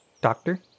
doctor